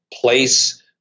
place